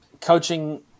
coaching